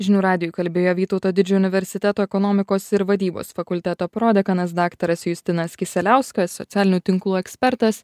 žinių radijui kalbėjo vytauto didžiojo universiteto ekonomikos ir vadybos fakulteto prodekanas daktaras justinas kisieliauskas socialinių tinklų ekspertas